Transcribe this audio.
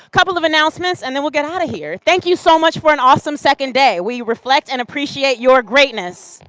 couple of announcements and then we'll get out of here. thank you so much for an awesome second day. we reflect and appreciate your greatness.